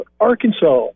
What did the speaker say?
Arkansas